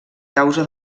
causa